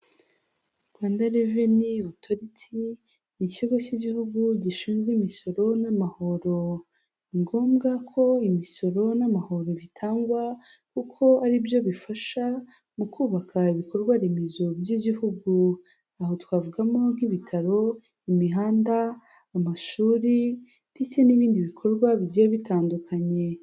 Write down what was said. Rwanda reveni otoriti ni ikigo cy'igihugu gishinzwe imisoro n'amahoro. Ni ngombwa ko imisoro n'amahoro bitangwa kuko ari byo bifasha mu kubaka ibikorwa remezo by'igihugu. Aho twavugamo nk'ibitaro, imihanda, amashuri ndetse n'ibindi bikorwa bigiye bitandukanye.